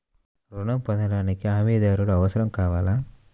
ఋణం పొందటానికి హమీదారుడు అవసరం కావాలా?